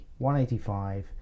185